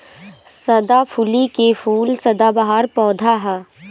सदाफुली के फूल सदाबहार पौधा ह